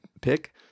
pick